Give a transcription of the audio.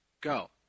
go